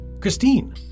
Christine